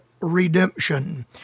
redemption